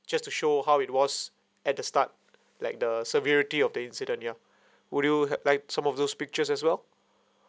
just to show how it was at the start like the severity of the incident ya would you ha~ liked some of those pictures as well